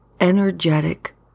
energetic